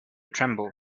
tremble